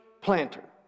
planter